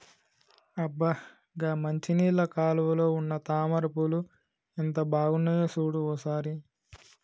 అబ్బ గా మంచినీళ్ళ కాలువలో ఉన్న తామర పూలు ఎంత బాగున్నాయో సూడు ఓ సారి